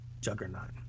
Juggernaut